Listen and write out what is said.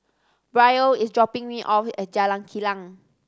Brielle is dropping me off at Jalan Kilang